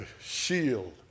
shield